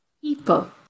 People